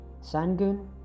Sanguine